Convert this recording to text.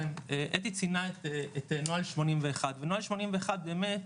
אתי ציינה את נוהל 81 ונוהל 81 באמת,